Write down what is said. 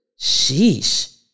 Sheesh